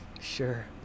sure